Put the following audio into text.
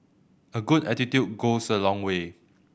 a good attitude goes a long way